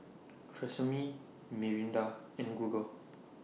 Tresemme Mirinda and Google